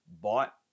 bought